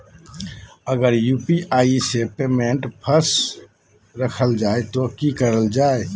अगर यू.पी.आई से पेमेंट फस रखा जाए तो की करल जाए?